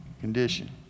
condition